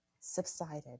subsided